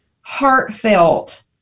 heartfelt